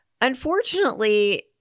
Unfortunately